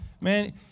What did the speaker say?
Man